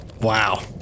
Wow